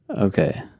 Okay